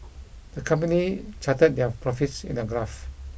the company charted their profits in a graph